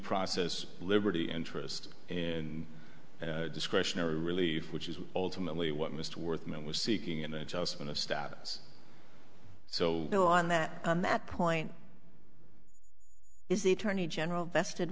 process liberty interest and discretionary relief which is ultimately what mr worth meant was seeking an adjustment of status so no on that on that point is the attorney general vested